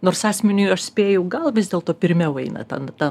nors asmeniui aš spėju gal vis dėlto pirmiau eina ten ta